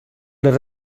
les